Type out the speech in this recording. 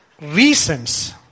reasons